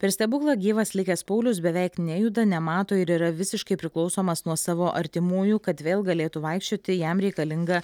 per stebuklą gyvas likęs paulius beveik nejuda nemato ir yra visiškai priklausomas nuo savo artimųjų kad vėl galėtų vaikščioti jam reikalinga